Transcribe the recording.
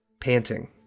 Panting